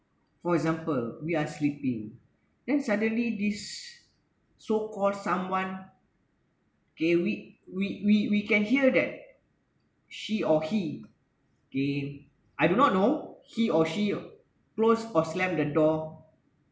for example we are sleeping then suddenly this so called someone okay we we we we can hear that she or he okay I do not know he or she closed or slammed the door